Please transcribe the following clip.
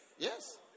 Yes